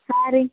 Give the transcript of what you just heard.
ಹಾಂ ರೀ